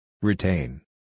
Retain